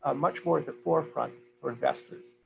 ah much more at the forefront for investors.